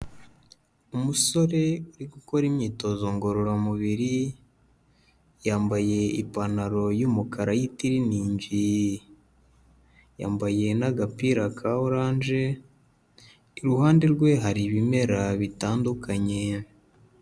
Umusore uri gukora imyitozo ngororamubiri, yambaye ipantaro y'umukara yitiriningi, yambaye n'agapira ka oranje, iruhande rwe hari ibimera bitandukanye.